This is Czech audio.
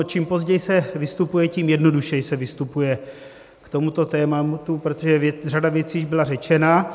Čím později se vystupuje, tím jednodušeji se vystupuje k tomuto tématu, protože řada věcí již byla řečena.